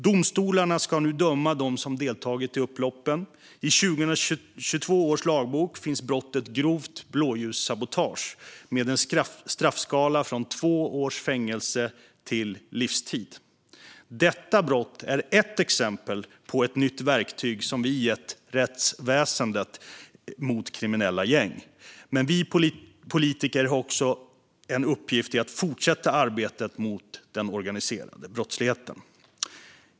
Domstolarna ska nu döma dem som deltagit i upploppen. I 2022 års lagbok finns brottet grovt blåljussabotage med en straffskala från två års fängelse till livstid. Detta brott är ett exempel på ett nytt verktyg som vi gett rättsväsendet mot kriminella gäng. Men vi politiker har också uppgiften att fortsätta arbetet mot den organiserade brottsligheten.